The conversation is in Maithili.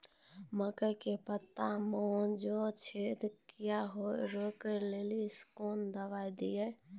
मकई के पता मे जे छेदा क्या रोक ले ली कौन दवाई दी?